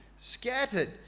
scattered